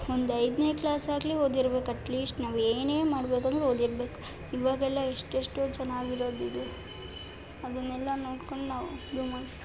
ಒಂದು ಐದನೆ ಕ್ಲಾಸಾಗಲಿ ಓದಿರ್ಬೇಕು ಅಟ್ಲೀಸ್ಟ್ ನಾವು ಏನೇ ಮಾಡ್ಬೇಕಂದ್ರು ಓದಿರಬೇಕು ಇವಾಗೆಲ್ಲ ಎಷ್ಟೆಷ್ಟೋ ಚೆನ್ನಾಗಿರೋದು ಇದೆ ಅದನ್ನೆಲ್ಲ ನೋಡ್ಕೊಂಡು ನಾವು